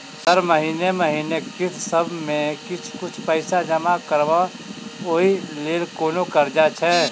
Sir महीने महीने किस्तसभ मे किछ कुछ पैसा जमा करब ओई लेल कोनो कर्जा छैय?